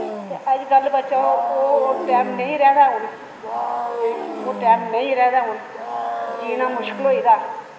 ते अजकल्ल बच्चा ओह् ओह् टैम नेईं रेह्दा ऐ हून हे ओह् टैम नेईं रेह्दा ऐ हून जिना मुश्कल होई दा